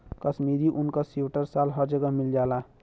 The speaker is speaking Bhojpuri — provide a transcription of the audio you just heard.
कशमीरी ऊन क सीवटर साल हर जगह मिल जाला